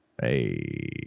Hey